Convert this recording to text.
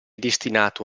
destinato